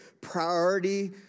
priority